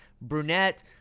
Brunette